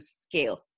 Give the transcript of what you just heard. scale